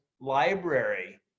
library